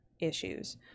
issues